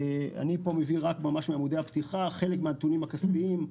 אני מביא פה רק מעמודי הפתיחה וחלק מהנתונים הכספיים.